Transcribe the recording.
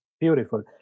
Beautiful